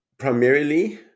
Primarily